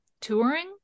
touring